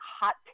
hot